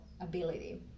ability